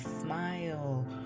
smile